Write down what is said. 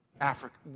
Africa